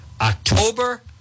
October